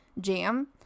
jam